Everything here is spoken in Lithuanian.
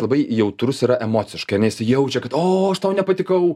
labai jautrus yra emociškai ane jisai jaučia kad o aš tau nepatikau